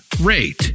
rate